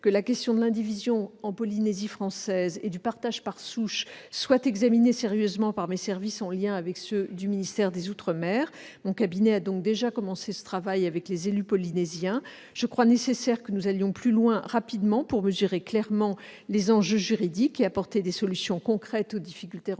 que la question de l'indivision en Polynésie française et du partage par souche soit examinée sérieusement par mes services, en lien avec ceux du ministère des outre-mer. Mon cabinet a donc déjà commencé ce travail avec les élus polynésiens. Je crois nécessaire que nous allions plus loin rapidement pour mesurer clairement les enjeux juridiques et apporter des solutions concrètes aux difficultés rencontrées